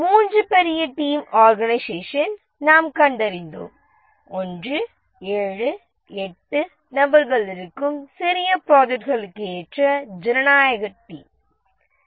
மூன்று பெரிய team organisation நாம் கண்டறிந்தோம் 1 7 8 நபர்கள் இருக்கும் சிறிய ப்ராஜெக்ட்களுக்கு ஏற்ற ஜனநாயகம் டீம்